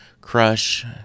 crush